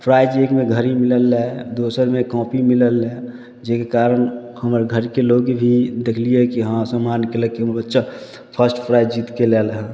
prize एकमे घड़ी मिलल रहै दोसरमे कॉपी मिलल रहै जाहिके कारण हमर घरके लोक भी देखलियै कि हँ सम्मान केलक की हमर बच्चा फर्स्ट प्राइज जीतके लायल हँ